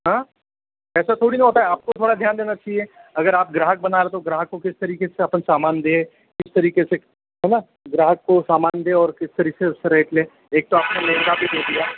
हाँ ऐसा थोड़ी ना होता है आपको थोड़ा ध्यान देना चाहिए अगर आप ग्राहक बना रहे हो तो ग्राहक को किस तरीके से अपना सामान दें किस तरीके से है ना ग्राहक को सामान दें और किस तरीके से उससे रेट लें एक तो अपने महंगा भी दे दिया